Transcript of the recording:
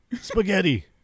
Spaghetti